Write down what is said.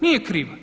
Nije kriva.